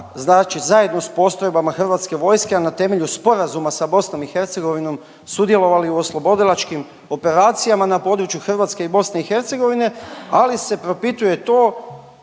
znači zajedno s postrojbama HV-a, a na temelju sporazuma sa BiH, sudjelovali u oslobodilačkim operacijama na području Hrvatske i BiH, ali se propituje to